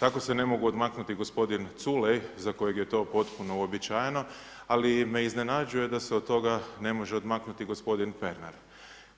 Tako se ne mogu odmaknuti gospodin Culej za kojeg je to potpuno uobičajeno, ali me iznenađuje da se od toga ne može odmaknuti od toga gospodin Pernar,